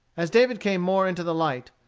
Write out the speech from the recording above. as david came more into the light,